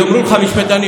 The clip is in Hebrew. יאמרו לך משפטנים,